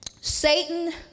Satan